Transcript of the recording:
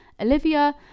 Olivia